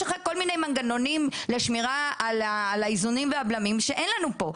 יש כל מיני מנגנונים לשמירה על האיזונים והבלמים שאין לנו פה.